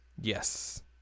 Yes